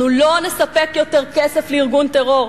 אנחנו לא נספק יותר כסף לארגון טרור.